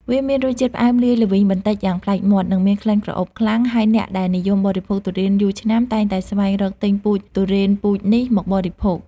វាមានរសជាតិផ្អែមលាយល្វីងបន្តិចយ៉ាងប្លែកមាត់ និងមានក្លិនក្រអូបខ្លាំង ហើយអ្នកដែលនិយមបរិភោគទុរេនយូរឆ្នាំតែងតែស្វែងរកទិញពូជទុរេនពូជនេះមកបរិភោគ។